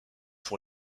pour